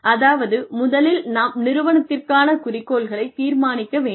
அதாவது முதலில் நாம் நிறுவனத்திற்கான குறிக்கோள்களைத் தீர்மானிக்க வேண்டும்